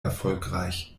erfolgreich